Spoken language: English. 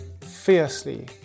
fiercely